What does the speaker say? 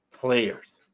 Players